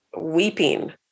weeping